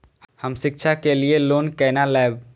हम शिक्षा के लिए लोन केना लैब?